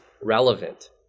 relevant